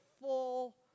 full